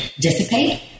dissipate